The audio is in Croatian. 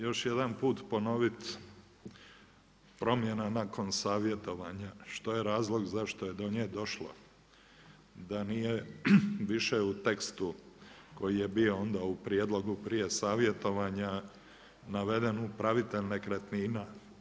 Još jedan put ponovit promjena nakon savjetovanja, što je razlog zašto je do nje došlo, da nije više u tekstu koji je bio onda u prijedlogu prije savjetovanja naveden upravitelj nekretnina.